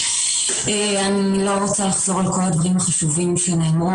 אני לא רוצה לחזור על כל הדברים החשובים שנאמרו,